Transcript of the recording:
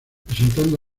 presentando